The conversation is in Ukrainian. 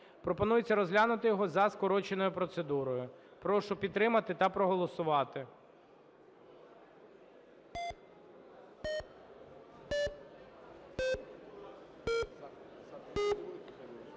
Пропонується розглянути його за скороченою процедурою. Прошу підтримати та проголосувати.